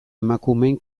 emakumeen